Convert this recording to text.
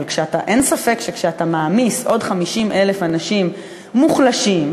אבל אין ספק שכשאתה מעמיס עוד 50,000 אנשים מוחלשים,